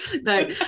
no